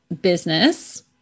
business